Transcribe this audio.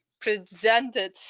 presented